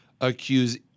accuse